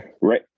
right